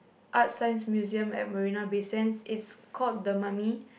Art Science Museum at Marina-Bay-Sands its called the mummy